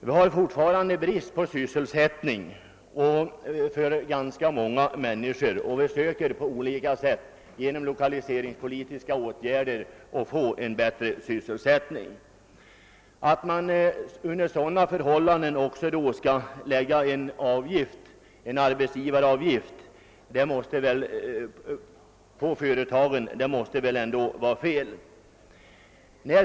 Vi har fortfarande brist på sysselsättning för ganska många människor, och vi försöker på olika sätt genom lokaliseringspolitiska åtgärder att åstadkomma ett bättre sysselsättningsläge. Att under sådana förhållanden lägga en höjd arbetsgivaravgift på företagen måste väl ändå vara fel.